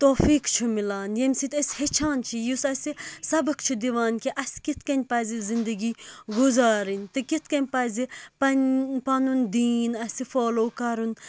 توفیٖق چھُ میلان ییٚمہِ سٍتۍ اَسہِ ہیٚچھان چھِ یُس اَسہِ سَبَق چھُ دِوان کہِ اَسہِ کِتھٕ کٔنۍ پَزِ زِنٛدٕگی گُزارٕنۍ تہٕ کِتھٕ کٔنۍ پَزِ پَنٕنۍ پَنُن دیٖن اَسہِ فالوٗ کَرُن